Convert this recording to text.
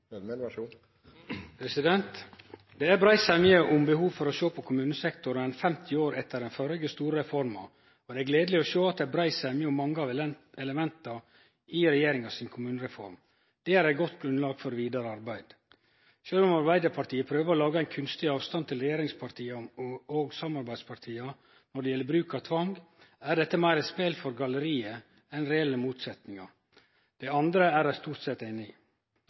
brei semje om behovet for å sjå på kommunesektoren 50 år etter den førre store reforma, og det er gledeleg å sjå at det er brei semje om mange av elementa i regjeringas kommunereform. Det er eit godt grunnlag for vidare arbeid. Sjølv om Arbeidarpartiet prøver å lage ein kunstig avstand til regjeringspartia og samarbeidspartia når det gjeld bruk av tvang, er dette meir eit spel for galleriet enn reelle motsetningar. Det andre er dei stort sett einige i.